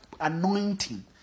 Anointing